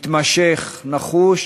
מתמשך, נחוש,